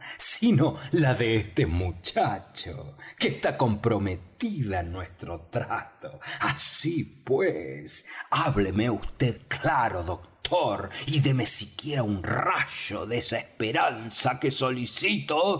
sino de la de este muchacho que está comprometida en nuestro trato así pues hábleme vd claro doctor y déme siquiera un rayo de esa esperanza que solicito